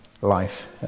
life